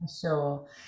sure